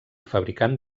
fabricant